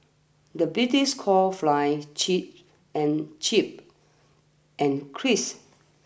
the British call fly chip and chip and crisps